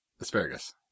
Asparagus